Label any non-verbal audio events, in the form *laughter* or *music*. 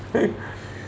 *laughs*